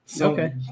Okay